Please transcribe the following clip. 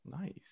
Nice